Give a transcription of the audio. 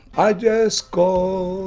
i just call